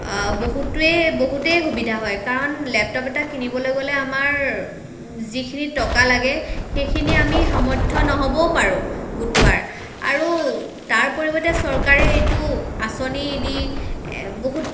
বহুতেই বহুতেই সুবিধা হয় কাৰণ লেপটপ এটা কিনিবলৈ গ'লে আমাৰ যিখিনি টকা লাগে সেইখিনি আমি সামৰ্থ্য নহবওঁ পাৰোঁ গোটোৱাৰ আৰু তাৰ পৰিৱৰ্তে চৰকাৰে এইটো আঁচনি দি বহুত